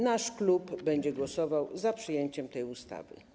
Nasz klub będzie głosował za przyjęciem tej ustawy.